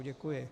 Děkuji.